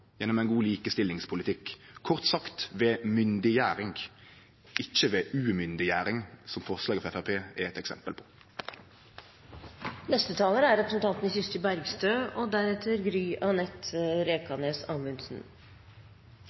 god likestillingspolitikk – kort sagt, ved myndiggjering, ikkje ved umyndiggjering, som forslaget frå Framstegspartiet er eit eksempel på. Representanten Wiborg frykter at normer og